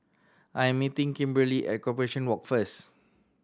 I am meeting Kimberli at Corporation Walk first